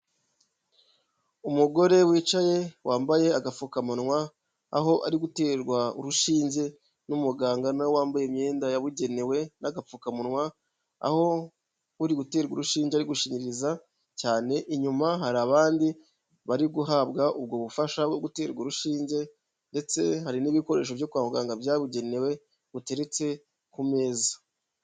Umugore wicaye wambaye agapfukamunwa, aho ari guterwa urushinge n'umuganga nawe wambaye imyenda yabugenewe n'agapfukamunwa, aho uri guterwa urushinje ari gushingiriza cyane, inyuma hari abandi bari guhabwa ubwo bufasha bwo guterwa urushinge ndetse hari n'ibikoresho byo kwa muganga byabugenewe biteretse ku meza.